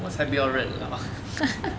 我才不要认老